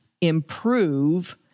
improve